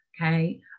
Okay